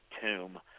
tomb